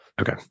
Okay